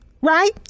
right